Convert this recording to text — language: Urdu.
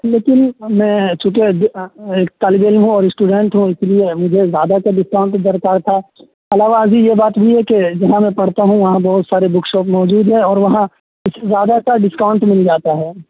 لیکن میں چونکہ ایک طالب علم ہوں اور اسٹوڈینٹ ہوں اس لیے مجھے زیادہ کا ڈسکاؤنٹ درکار تھا علاوہ ازیں یہ بات بھی ہے کہ جہاں میں پڑھتا ہوں وہاں بہت سارے بک شاپ موجود ہیں اور وہاں کچھ زیادہ کا ڈسکاؤنٹ مل جاتا ہے